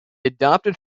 adopted